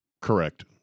Correct